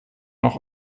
noch